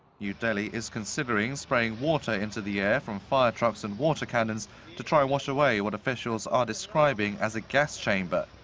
new delhi is considering spraying water into the air from fire trucks and water cannons to try wash away what officials are describing as a gas chamber.